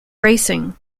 racing